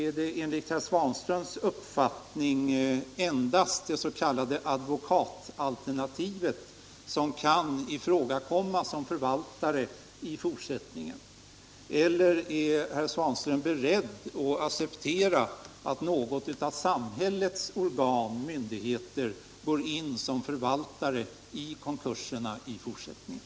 Är det enligt herr Svanströms uppfattning endast det s.k. advokatalternativet som kan ifrågakomma som förvaltare i fortsättningen, eller är herr Svanström beredd att acceptera att någon av samhällets myndigheter går in som förvaltare i konkurserna?